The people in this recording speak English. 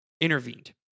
intervened